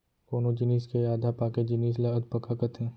कोनो जिनिस के आधा पाके जिनिस ल अधपका कथें